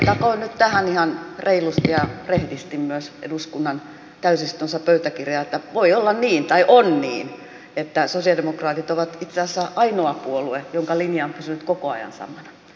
todettakoon nyt tähän ihan reilusti ja rehdisti myös eduskunnan täysistunnon pöytäkirjaan että on niin että sosialidemokraatit ovat itse asiassa ainoa puolue jonka linja on pysynyt koko ajan samana